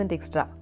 Extra